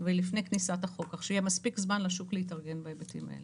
לפני כניסת החוק כך שיהיה מספיק זמן לשוק להתארגן בהיבטים האלה.